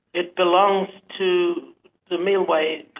it belongs to the milwayi.